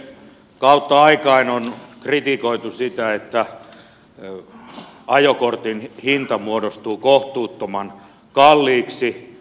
kautta aikain on kritikoitu sitä että ajokortin hinta muodostuu kohtuuttoman kalliiksi